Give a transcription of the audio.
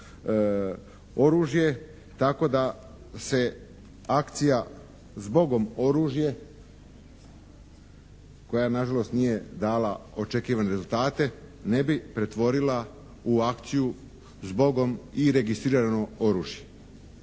Tako da se akcija "Zbogom oružje" koja nažalost nije dala očekivane rezultate ne bi pretvorila u akciju "Zbogom i registrirano oružje".